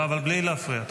אבל בלי להפריע.